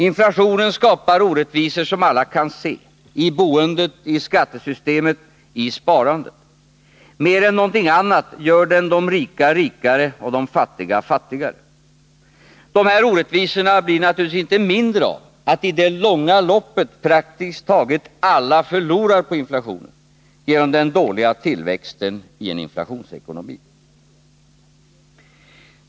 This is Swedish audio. Inflationen skapar orättvisor som alla kan se — i boendet, i skattesystemet, i sparandet. Mer än någonting annat gör det de rika rikare och de fattiga fattigare. Dessa orättvisor blir naturligtvis inte mindre av att i det långa loppet praktiskt taget alla förlorar på inflationen genom den dåliga tillväxten i en inflationsekonomi.